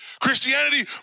Christianity